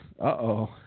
Uh-oh